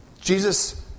Jesus